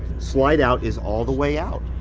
slide-out is all the way out.